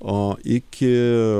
o iki